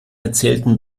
erzählten